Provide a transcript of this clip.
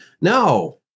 no